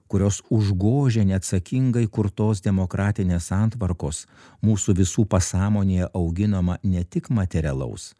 kurios užgožia neatsakingai įkurtos demokratinės santvarkos mūsų visų pasąmonėje auginamą ne tik materialaus